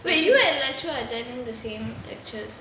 wait you and leychua are attending the same lectures